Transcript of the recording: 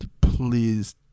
Please